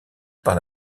par